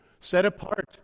set-apart